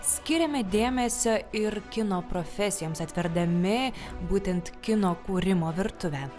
skiriame dėmesio ir kino profesijoms atverdami būtent kino kūrimo virtuvę